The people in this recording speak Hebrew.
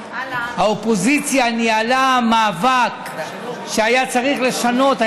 האופוזיציה ניהלה מאבק שהיה צריך לשנות את החוק,